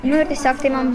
nu ir tiesiog tai man